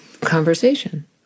conversation